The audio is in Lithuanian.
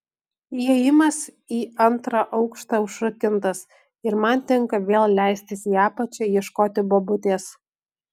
įėjimas į antrą aukštą užrakintas ir man tenka vėl leistis į apačią ieškoti bobutės